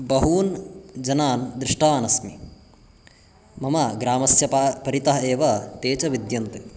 बहून् जनान् दृष्टवान् अस्मि मम ग्रामस्य प परितः एव ते च विद्यन्ते